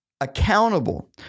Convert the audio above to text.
accountable